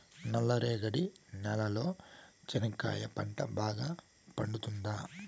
నల్ల రేగడి నేలలో చెనక్కాయ పంట బాగా పండుతుందా?